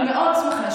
אני מאוד שמחה לשמוע.